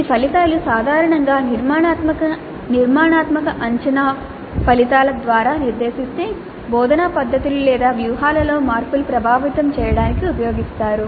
ఈ ఫలితాలు సాధారణంగా నిర్మాణాత్మక అంచనా ఫలితాల ద్వారా నిర్దేశిస్తే బోధనా పద్ధతులు లేదా వ్యూహాలలో మార్పును ప్రభావితం చేయడానికి ఉపయోగిస్తారు